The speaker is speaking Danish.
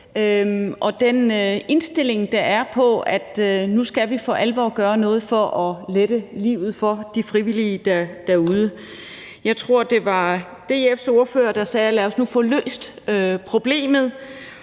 og den indstilling, der er til, at vi nu for alvor skal gøre noget for at lette livet for de frivillige derude. Jeg tror, det var DF's ordfører, der sagde, at lad os nu få løst problemet,